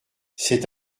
c’est